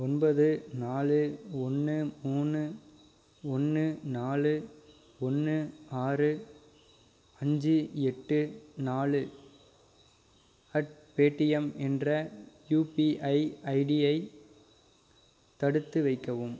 ஒன்பது நாலு ஒன்று மூணு ஒன்று நாலு ஒன்று ஆறு அஞ்சு எட்டு நாலு அட் பேடிஎம் என்ற யுபிஐ ஐடியை தடுத்து வைக்கவும்